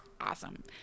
Awesome